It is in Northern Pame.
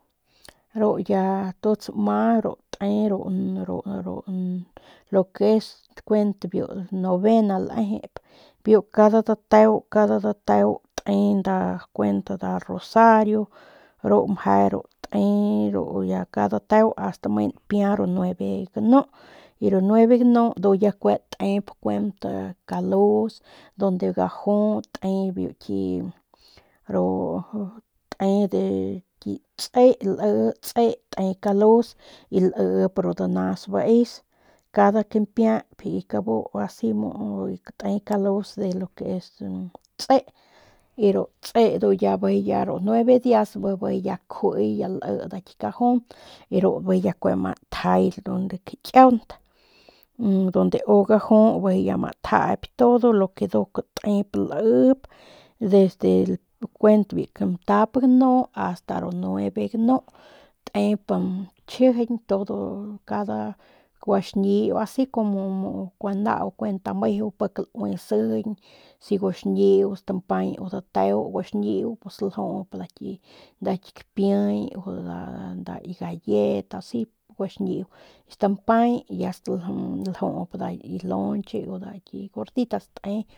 Ru ya tu ru tsama ru te ru ru lo que es kuent ru novena lejep biu kada dateo kada dateo te kuent nda rosario ru meje ru te ru kada dateo ast me npia ru nueve ganu y ru nueve ganu ndu kue tep kuent kalus donde gaju tep biu ki ru te de ki tse liip tse te kalus y liip ru danas baes cada kampayp asi mu te kalus lo que es tse y ru tse ndu ya bijiy ya ru nueve dias bijiy ya kjuiy lii nda ki kajun y ru y bijiy ya kue ma tjay biu kakiaunt donde u gaju bijiy ya ma tjaap todo lo que nduk tep liip desde kuent biu kantap ganu asta nueve ganu todo tep chjijiñ te cada guaxñiu asi mu kada nau kuen meju pik laui sijiñ si guaxñiu stampay dateo pus guaxñiu ljup nda ki kapiey nda ki galleta asi guaxñiu stampay ya staljup nda ki lonche o ki gorditas te.